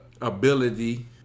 ability